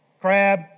crab